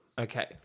Okay